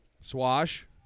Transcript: Swash